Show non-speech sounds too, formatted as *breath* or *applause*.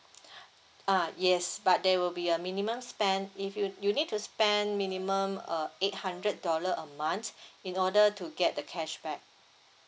*breath* ah yes but there will be a minimum spend if you you need to spend minimum uh eight hundred dollar a month *breath* in order to get the cashback